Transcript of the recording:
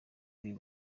uyu